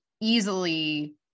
easily